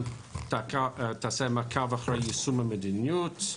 היא גם תעשה מעקב אחר יישום המדיניות,